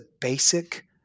basic